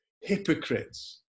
hypocrites